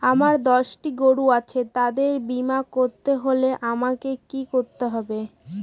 আমার দশটি গরু আছে তাদের বীমা করতে হলে আমাকে কি করতে হবে?